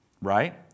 Right